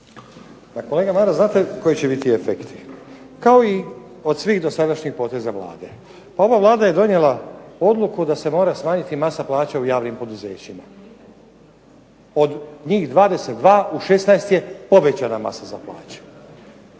kolega Maras znate li koji će biti efekti? Kao i od svih dosadašnjih poteza Vlade. Ova Vlada je donijela odluku da se mora smanjiti masa plaće u javnim poduzećima. Od njih 22 u 16 je povećana masa za plaće.